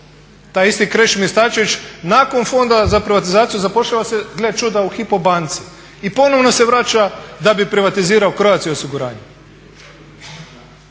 Taj isti Krešimir Starčević nakon Fonda za privatizaciju zapošljava se gle čuda u Hypo banci i ponovo se vraća da bi privatizirao Croatia osiguranje.